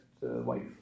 wife